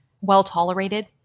Well-tolerated